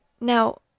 Now